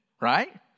right